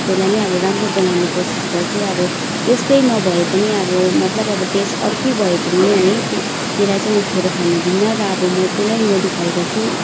त्यसलाई अब राम्रो बनाउने कोसिस गर्छु अब त्यस्तै नभए पनि अब मतलब अब टेस्ट अर्कै भए पनि है त्य त्यसलाई चाहिँ म खेरो फाल्नु दिन्न र अब म त्यसलाई मोडिफाई गर्छु